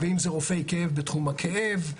ואם אלה רופאי כאב בתחום הכאב,